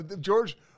George